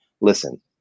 listen